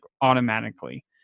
automatically